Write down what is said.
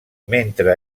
mentre